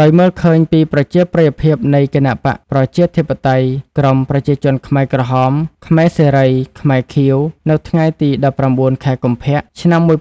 ដោយមើលឃើញពីប្រជាប្រិយភាពនៃគណបក្សប្រជាធិបតេយ្យ ក្រុមប្រជាជនខ្មែរក្រហម ខ្មែរសេរី ខ្មែរខៀវ នៅថ្ងៃទី ១៩ ខែកុម្ភៈ ឆ្នាំ ១៩៥៥